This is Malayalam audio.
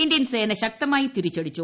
ഇന്ത്യൻ സേന ശക്തമായി തിരിച്ചടിച്ചു